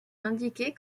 indiquée